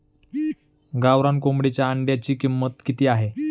गावरान कोंबडीच्या अंड्याची किंमत किती आहे?